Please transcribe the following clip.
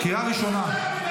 קריאה ראשונה.